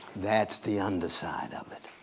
that's the underside of it,